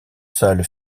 salles